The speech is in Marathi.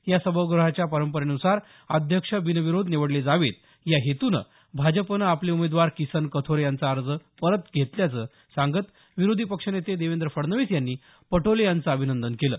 या सभागृहाच्या परंपरेन्सार अध्यक्ष बिनविरोध निवडले जावेत या हेतूनं भाजपनं आपले उमेदवार किसन कथोरे यांचा अर्ज परत घेतल्याचं सांगत विरोधी पक्षनेते देवेंद्र फडणवीस यांनी पटोले यांचं अभिनंदन केलं